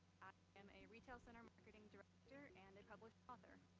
am a retail center marketing director and a published author.